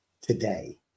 today